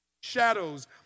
shadows